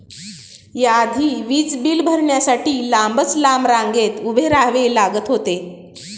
या आधी वीज बिल भरण्यासाठी लांबच लांब रांगेत उभे राहावे लागत होते